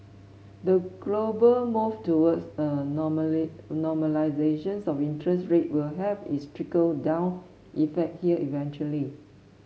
the global move towards a normalisation of interest rates will have its trickle down effect here eventually